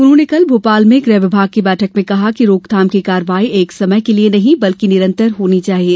उन्होंने कल भोपाल में गृह विभाग की बैठक में कहा कि रोकथाम की कार्यवाही एक समय के लिए नहीं बल्कि निरन्तर होनी चाहिए